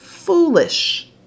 Foolish